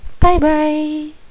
Bye-bye